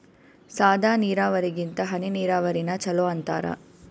ಸಾದ ನೀರಾವರಿಗಿಂತ ಹನಿ ನೀರಾವರಿನ ಚಲೋ ಅಂತಾರ